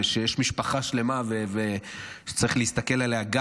שיש משפחה שלמה ושצריך להסתכל גם עליה,